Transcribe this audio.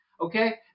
Okay